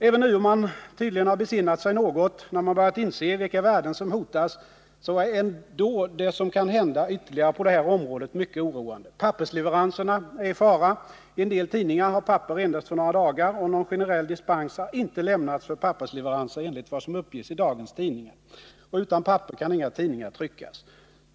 Även om man nu tydligen har besinnat sig något när man börjat inse vilka värden som hotas, är ändå det som kan hända ytterligare på det här området mycket oroande. Pappersleveranserna är i fara — en del tidningar har papper endast för några dagar — och någon generell dispens har inte lämnats för pappersleveranser enligt vad som uppges i dagens tidningar. Och utan papper kan inga tidningar tryckas.